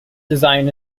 design